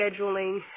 scheduling